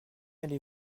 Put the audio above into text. allez